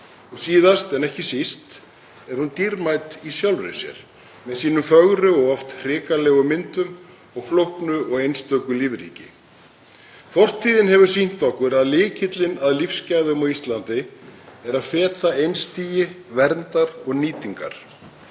Síðast en ekki síst er hún dýrmæt í sjálfri sér með sínum fögru og oft hrikalegu myndum og flóknu og einstöku lífríki. Fortíðin hefur sýnt okkur að lykillinn að lífsgæðum á Íslandi er að feta einstigi verndar og nýtingar.